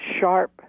sharp